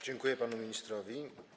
Dziękuję panu ministrowi.